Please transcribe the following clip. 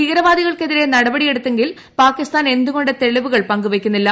ഭീകരവാദികൾക്ക് എതിരെ നടപടിയെടുത്തെങ്കിൽ പാക്കിസ്ഥാൻ എന്തുകൊണ്ട് തെളിവുകൾ പങ്കുവെക്കുന്നില്ല